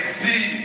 see